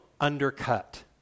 undercut